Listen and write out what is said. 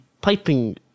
piping